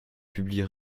publie